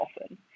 often